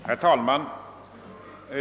Herr talman!